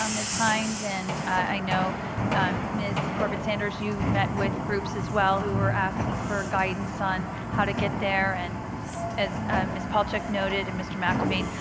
um ms. hynes. and i know ms. corbett sanders, you met with groups as well who were asking for guidance on how to get there and ms. palchik noted and mr. mcelveen,